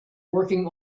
working